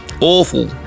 awful